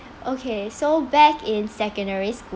okay so back in secondary sch~